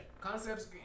Concepts